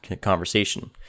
conversation